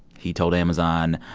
he told amazon,